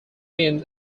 means